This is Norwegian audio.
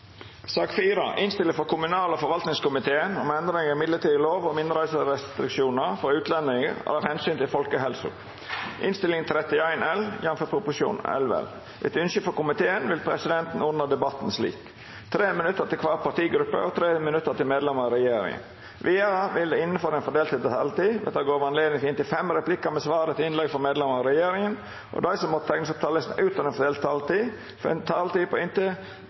forvaltningskomiteen vil presidenten ordna debatten slik: 3 minutt til kvar partigruppe og 3 minutt til medlemer av regjeringa. Vidare vil det – innanfor den fordelte taletida – verta gjeve høve til inntil fem replikkar med svar etter innlegg frå medlemer av regjeringa, og dei som måtte teikna seg på talarlista utover den fordelte taletida, får også ei taletid på inntil